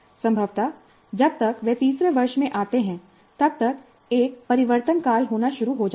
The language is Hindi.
संभवत जब तक वे तीसरे वर्ष में आते हैं तब तक एक परिवर्तनकाल होना शुरू हो जाता है